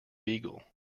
beagle